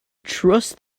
trust